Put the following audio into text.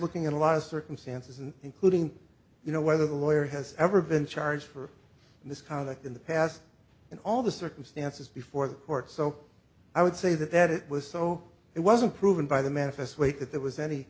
looking in a lot of circumstances and including you know whether the lawyer has ever been charged for misconduct in the past and all the circumstances before the court so i would say that that it was so it wasn't proven by the manifest weight that there was any